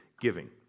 giving